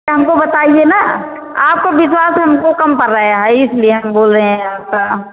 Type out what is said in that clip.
हमको बताईए ना आपको विश्वास हमको कम पर रहा है इसलिए हम बोल रहे हैं आसा